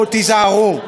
תיזהרו,